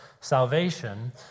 salvation